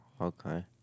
okay